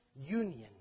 union